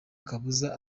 kabuza